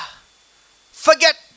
forget